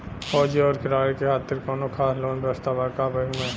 फौजी और खिलाड़ी के खातिर कौनो खास लोन व्यवस्था बा का बैंक में?